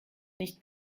nicht